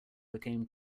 became